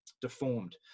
deformed